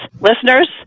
Listeners